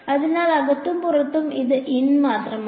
അതിനാൽ അകത്തും പുറത്തും ഇത് ഇൻ മാത്രമാണ്